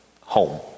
home